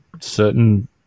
certain